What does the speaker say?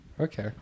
Okay